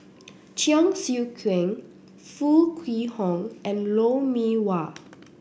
Cheong Siew Keong Foo Kwee Horng and Lou Mee Wah